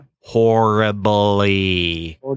horribly